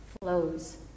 flows